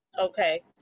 Okay